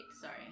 Sorry